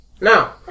Now